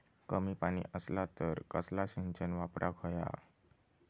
कमी पाणी असला तर कसला सिंचन वापराक होया?